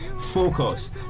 Focus